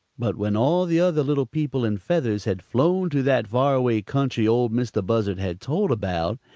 but when all the other little people in feathers had flown to that far away country ol' mistah buzzard had told about,